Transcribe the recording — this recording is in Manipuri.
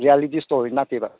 ꯔꯤꯌꯦꯂꯤꯇꯤ ꯁ꯭ꯇꯣꯔꯤ ꯅꯠꯇꯦꯕ